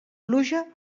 pluja